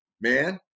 man